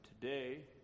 today